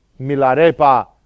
Milarepa